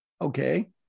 Okay